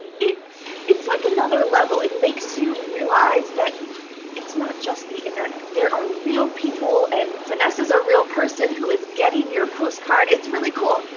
it's like another level. it makes you realize that it's not just the internet. there are real people and vanessa's a real person who is getting your postcard. it's really cool.